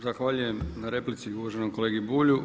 Zahvaljujem na replici uvaženom kolegi Bulju.